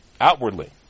outwardly